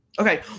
Okay